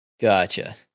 Gotcha